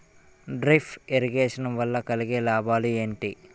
Drip irrigation వల్ల కలిగే లాభాలు ఏంటి?